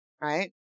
right